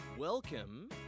Welcome